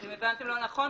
אתם הבנתם לא נכון.